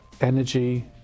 energy